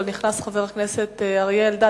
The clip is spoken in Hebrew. אבל נכנס חבר הכנסת אריה אלדד.